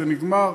זה נגמר.